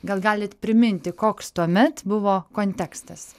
gal galit priminti koks tuomet buvo kontekstas